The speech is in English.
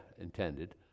intended